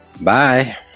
Bye